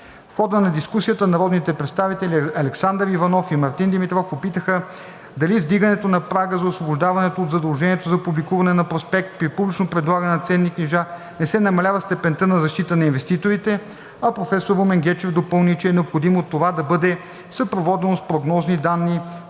В хода на дискусията народните представители Александър Иванов и Мартин Димитров попитаха дали с вдигането на прага за освобождаването от задължението за публикуване на проспект при публично предлагане на ценни книжа не се намалява степента на защитата на инвеститорите, а професор Румен Гечев допълни, че е необходимо това да бъде съпроводено с прогнозни данни